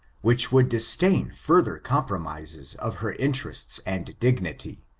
which would disdain further com promises of her interests and dignity,